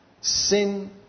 sin